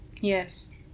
Yes